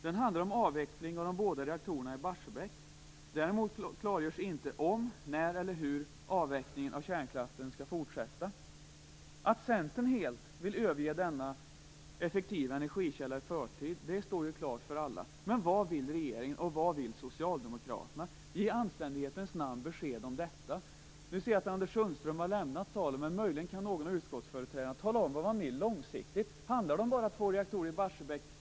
Den handlar om en avveckling av de båda reaktorerna i Barsebäck. Däremot klargörs det inte om, när eller hur avvecklingen av kärnkraften skall fortsätta. Att Centern helt vill överge denna effektiva energikälla i förtid står klart för alla. Men vad vill regeringen, och vad vill Socialdemokraterna? Ge i anständighetens namn besked om detta! Anders Sundström har lämnat salen, men möjligen kan någon utskottsföreträdare tala om vad man långsiktigt vill. Handlar det bara om två reaktorer i Barsebäck?